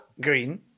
green